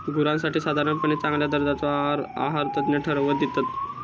गुरांसाठी साधारणपणे चांगल्या दर्जाचो आहार आहारतज्ञ ठरवन दितत